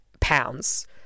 pounds